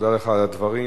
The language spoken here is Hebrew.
תודה לך על הדברים.